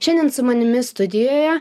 šiandien su manimi studijoje